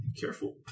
careful